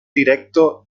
directo